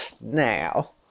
Now